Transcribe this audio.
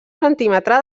centímetre